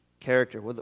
Character